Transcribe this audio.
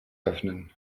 öffnen